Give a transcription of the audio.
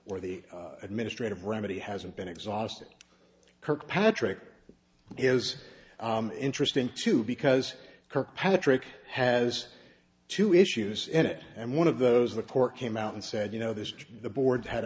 or the administrative remedy hasn't been exhausted kirkpatrick is interesting too because kirkpatrick has two issues in it and one of those the court came out and said you know this the board had